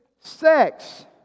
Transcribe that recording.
sex